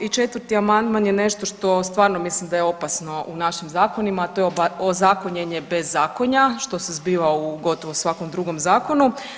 I četvrti amandman nešto stvarno mislim da je opasno u našim zakonima, a to je ozakonjenje bezzakonja što se zbiva u gotovo svakom drugom zakonu.